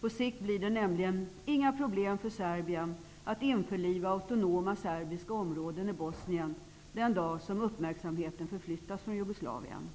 På sikt blir det nämligen inga problem för Serbien att införliva autonoma serbiska områden i Bosnien den dag som uppmärksamheten förflyttats från Jugoslavien.